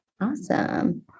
Awesome